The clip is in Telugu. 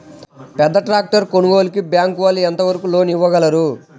పెద్ద ట్రాక్టర్ కొనుగోలుకి బ్యాంకు వాళ్ళు ఎంత వరకు లోన్ ఇవ్వగలరు?